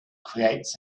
creates